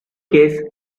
case